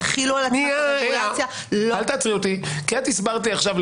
את הסברת לי עכשיו,